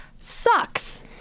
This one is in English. sucks